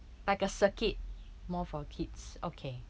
like a circuit more for kids okay